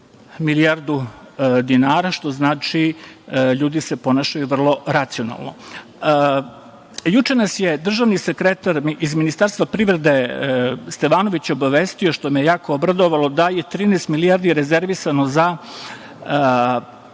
milijardu dinara, što znači da se ljudi ponašaju vrlo racionalno. Juče nas je državni sekretar iz Ministarstva privrede, Stevanović, obavestio, što me je jako obradovalo, da je 13 milijardi rezervisano za